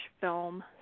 film